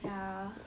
ya